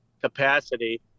capacity